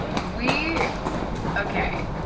we okay.